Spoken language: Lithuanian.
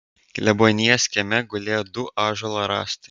klebonijos kieme gulėjo du ąžuolo rąstai